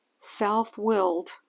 self-willed